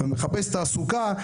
ומחפש תעסוקה,